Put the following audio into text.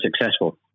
successful